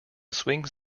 swings